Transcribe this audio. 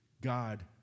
God